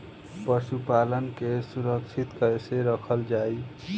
पशुपालन के सुरक्षित कैसे रखल जाई?